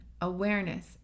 awareness